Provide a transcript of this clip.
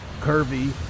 curvy